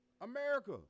America